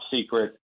secret